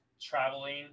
traveling